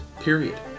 Period